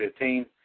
2015